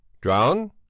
Drown